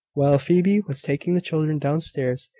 while phoebe was taking the children down stairs,